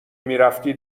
میرفتی